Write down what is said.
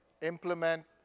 implement